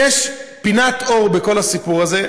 יש פינת אור בכל הסיפור הזה,